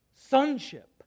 sonship